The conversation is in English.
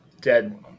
Dead